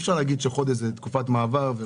אי אפשר להגיד שחודש זה תקופת מעבר.